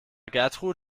gertrud